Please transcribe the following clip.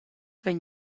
havein